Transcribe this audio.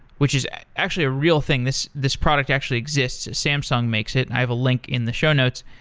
which is actually a real thing. this this product actually exists. samsung makes it. i have a link in the show notes,